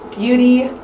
beauty,